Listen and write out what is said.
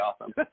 awesome